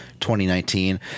2019